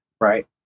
right